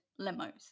limos